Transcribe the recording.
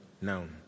known